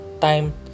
time